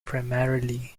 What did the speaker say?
primarily